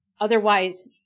otherwise